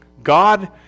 God